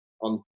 on